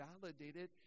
validated